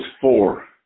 four